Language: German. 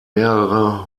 mehrere